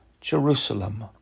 Jerusalem